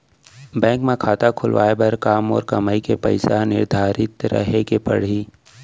Bank म खाता खुलवाये बर का मोर कमाई के पइसा ह निर्धारित रहे के पड़ही?